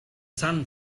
sun